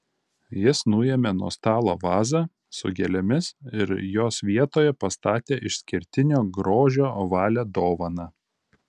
jis nuėmė nuo stalo vazą su gėlėmis ir jos vietoje pastatė išskirtinio grožio ovalią dovaną